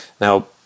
Now